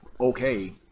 okay